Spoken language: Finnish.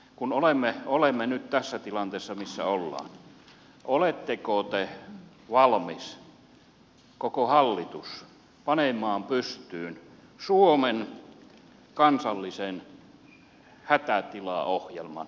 kun olemme nyt tässä tilanteessa missä ollaan oletteko te koko hallitus valmis panemaan pystyyn suomen kansallisen hätätilaohjelman laatimisen